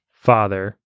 father